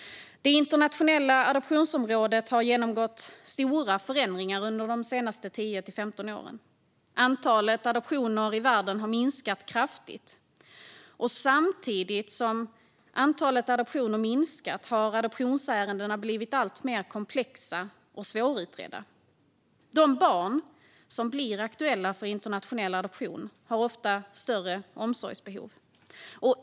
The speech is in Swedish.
Det internationella adoptionsområdet har genomgått stora förändringar under de senaste 10-15 åren. Antalet adoptioner i världen har minskat kraftigt. Och samtidigt som antalet adoptioner har minskat har adoptionsärendena blivit alltmer komplexa och svårutredda. De barn som blir aktuella för internationell adoption har ofta större omsorgsbehov.